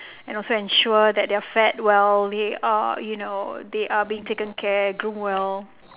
and also ensure that they are fed well they are you know they are being taken care groomed well